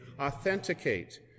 authenticate